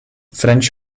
french